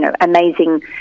amazing